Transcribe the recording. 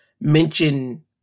mention